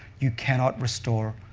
you cannot restore